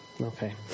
Okay